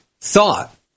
thought